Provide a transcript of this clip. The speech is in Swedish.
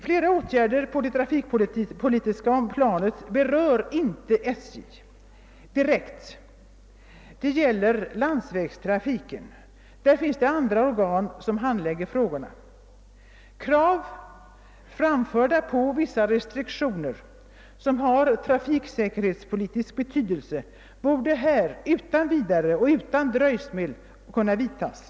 Flera åtgärder på det trafikpolitiska planet berör inte direkt SJ — det gäller landsvägstrafiken. Där finns andra organ som handlägger frågorna. Krav har framförts på vissa restriktioner som har trafikpolitisk betydelse, och sådana borde utan vidare och utan dröjsmål kunna genomföras.